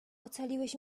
ocaliłeś